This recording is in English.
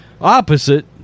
Opposite